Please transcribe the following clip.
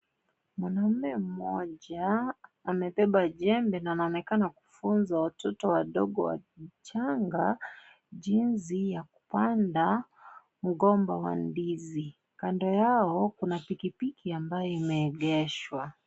Mwanaume mmoja amebeba jembe na anaonekana kufunza watoto wandogo wachanga, jinsi ya kupanda mgomba wa ndizi. Kando yao kuna pikipiki ambayo imeegeshwa.